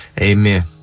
Amen